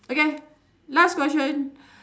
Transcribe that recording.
okay last question